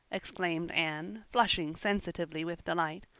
exclaimed anne, flushing sensitively with delight.